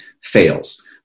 fails